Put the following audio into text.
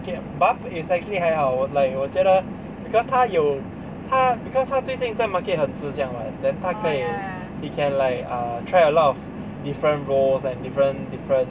okay buff is actually 还好 like 我觉得 because 他有他 because 他最近在 market 很慈祥 [what] then 他可以 he can like err try a lot different roles and different different